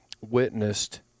witnessed